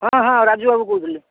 ହଁ ହଁ ରାଜୁ ବାବୁ କହୁଥିଲି